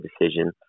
decision